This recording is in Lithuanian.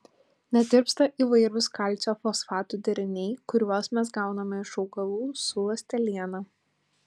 netirpsta įvairūs kalcio fosfatų deriniai kuriuos mes gauname iš augalų su ląsteliena